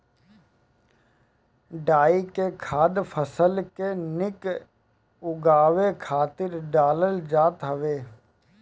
डाई के खाद फसल के निक उगावे खातिर डालल जात हवे